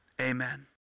Amen